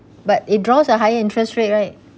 but it draws a higher interest rate right